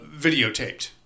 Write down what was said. videotaped